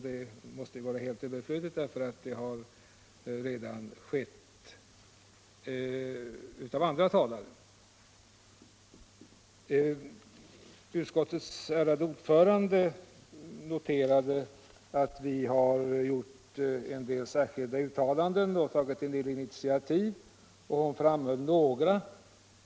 Det är helt överflödigt, därför att det har andra talare redan gjort. Utskottets ärade ordförande noterade att vi i utskottsmajoriteten har gjort en del uttalanden och tagit en del initiativ, och hon framhöll några.